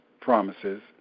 promises